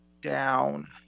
down